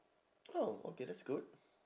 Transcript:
oh okay that's good